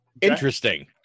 Interesting